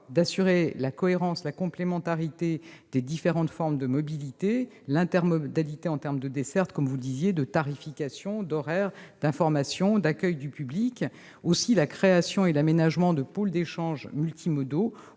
d'assurer la cohérence, la complémentarité des différentes formes de mobilité, l'intermodalité en termes de dessertes, de tarification, d'horaires, d'information, d'accueil du public, la création et l'aménagement de pôles d'échanges multimodaux